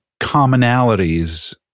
commonalities